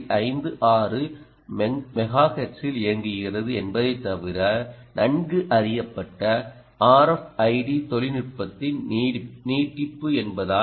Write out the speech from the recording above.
56 மெகாஹெர்ட்ஸில் இயங்குகிறது என்பதைத் தவிர நன்கு அறியப்பட்ட RFID தொழில்நுட்பத்தின் நீட்டிப்பு என்பதால்